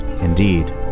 Indeed